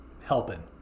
helping